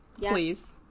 please